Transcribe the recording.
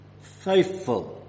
faithful